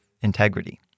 Integrity